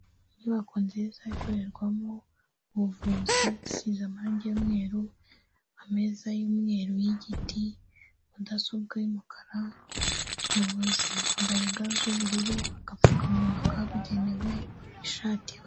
Inyubako nziza ikorerwamo ubuvuzi isize amarange y'umweru, ameza y'umweru y'igiti, mudasobwa y'umukara umuvuzi yambaye ga z'ubururu agapfukamunwa kabugenewe ishati...